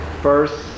first